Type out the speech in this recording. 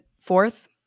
fourth